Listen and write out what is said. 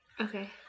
Okay